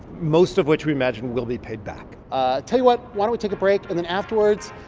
most of which we imagine will be paid back ah tell you what. why don't we take a break? and then afterwards,